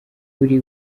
kuri